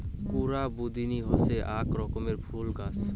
কুরা বুদনি হসে আক রকমের ফুল গাছ